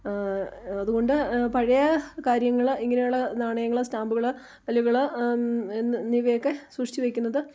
അതുകൊണ്ട് പഴയ കാര്യങ്ങൾ ഇങ്ങനെയുള്ള നാണയങ്ങൾ സ്റ്റാമ്പുകൾ കല്ലുകൾ എന്നിവയൊക്കെ സൂക്ഷിച്ചു വെക്കുന്നത്